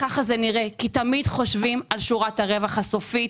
כך זה נראה כי תמיד חושבים על שורת הרווח הסופית,